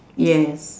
yes